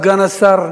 סגן השר,